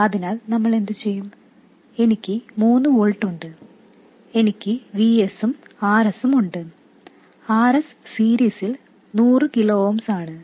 അതിനാൽ നമ്മൾ എന്ത് ചെയ്യും എനിക്ക് 3 വോൾട്ട് ഉണ്ട് എനിക്ക് Vs ഉം Rs ഉം ഉണ്ട് Rs സീരീസിൽ 100 കിലോ ഓംസ് ആണ്